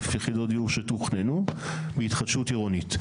יחידות דיור שתוכננו בהתחדשות עירונית.